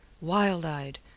wild-eyed